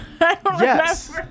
Yes